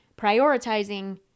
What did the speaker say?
prioritizing